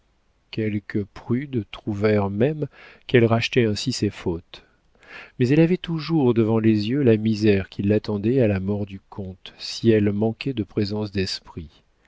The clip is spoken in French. quelques prudes trouvèrent même qu'elle rachetait ainsi ses fautes mais elle avait toujours devant les yeux la misère qui l'attendait à la mort du comte si elle manquait de présence d'esprit